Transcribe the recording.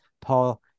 Paul